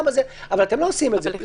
אבל אתם לא עושים את זה,